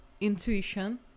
intuition